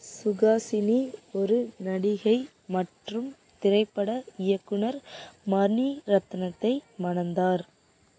சுஹாசினி ஒரு நடிகை மற்றும் திரைப்பட இயக்குனர் மணிரத்னத்தை மணந்தார்